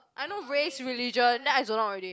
I know race religion then I zone out already